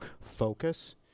focus